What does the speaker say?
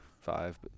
five